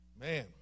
Man